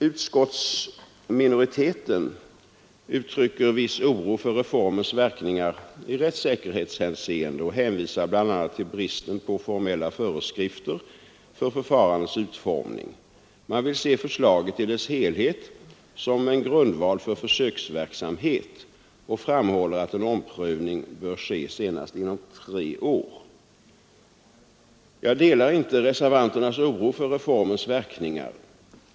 Utskottsminoriteten uttrycker viss oro för reformens verkningar i rättssäkerhetshänseende och hänvisar bl.a. till bristen på formella föreskrifter om förfarandets utformning. Man vill se förslaget i dess helhet som en grundval för försöksverksamhet och framhåller att en omprövning bör ske senast inom tre år. Jag delar inte reservanternas oro för reformens verkningar.